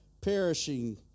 perishing